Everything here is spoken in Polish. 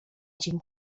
dzień